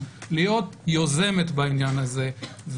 להיות יוזמת בעניין הזה,